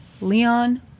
Leon